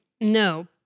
No